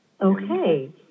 Okay